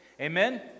Amen